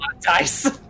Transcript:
Dice